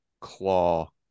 claw